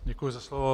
Děkuji za slovo.